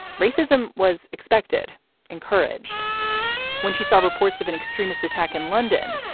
racism was expected encouraged when she saw reports of an extremist attack in london.